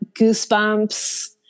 Goosebumps